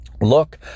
Look